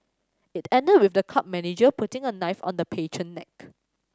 it ended with the club manager putting a knife on the patron neck